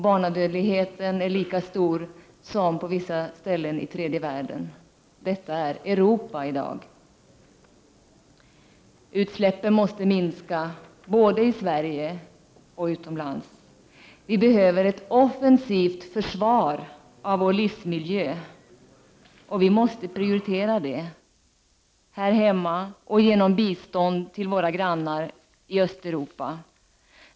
Barnadödligheten är lika stor som på vissa ställen i tredje världen. Detta är Europa i dag. Utsläppen måste minska både i Sverige och utomlands. Vi behöver ett offensivt försvar av vår livsmiljö, och vi måste prioritera det här hemma och genom bistånd till våra grannar i Östeuropa.